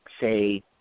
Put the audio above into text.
say